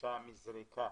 כתוצאה מזריקה,